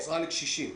כן.